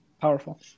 Powerful